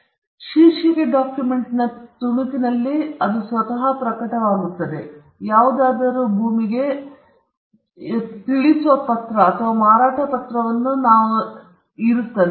ಜಮೀನು ಕೂಡಾ ಭೂಮಿಯಲ್ಲಿರುವ ಶೀರ್ಷಿಕೆ ಡಾಕ್ಯುಮೆಂಟ್ನ ತುಣುಕಿನಲ್ಲಿಯೇ ಸ್ವತಃ ಪ್ರಕಟವಾಗುತ್ತದೆ ಅಥವಾ ಯಾವುದಾದರೂ ಒಂದು ಭೂಮಿಗೆ ಇನ್ನೊಂದಕ್ಕೆ ತಿಳಿಸುವ ಪತ್ರ ಅಥವಾ ಮಾರಾಟ ಪತ್ರವನ್ನು ನಾವು ಕರೆಯುತ್ತೇವೆ